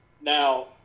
Now